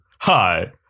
Hi